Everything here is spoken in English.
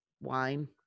Wine